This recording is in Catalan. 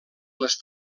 les